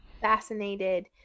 fascinated